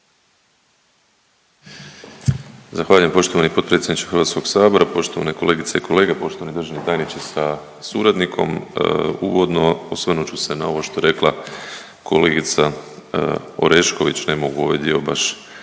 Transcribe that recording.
Zahvaljujem poštovani predsjedniče HS-a. Poštovane kolegice i kolege, poštovani državni tajniče sa suradnikom. Uvodno osvrnut ću se na ovo što je rekla kolegica Orešković, ne mogu ovaj dio baš